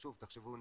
תחשבו,